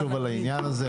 צריך לחשוב על העניין הזה,